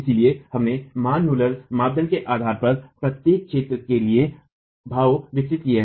इसलिए हमने मान मुलर मानदंड के आधार पर प्रत्येक क्षेत्र के लिए भाव विकसित किए